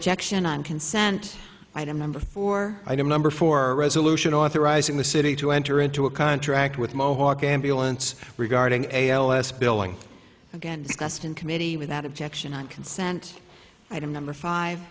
objection on consent item number four item number four resolution authorizing the city to enter into a contract with mohawk ambulance regarding a l s billing again discussed in committee without objection on consent item number five